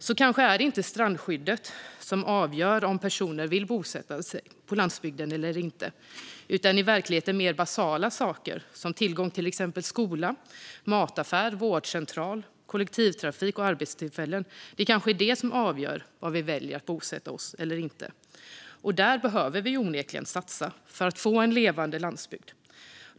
Så kanske är det inte strandskyddet som i verkligheten avgör om personer vill bosätta sig på landsbygden eller inte utan mer basala saker såsom tillgång till skola, mataffär, vårdcentral, kollektivtrafik och arbetstillfällen. Kanske är det detta som avgör var vi väljer att bosätta oss. Här behöver vi onekligen satsa för att få en levande landsbygd.